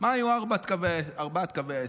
מה היו ארבעת קווי יסוד.